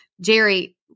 Jerry